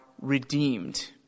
redeemed